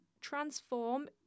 transform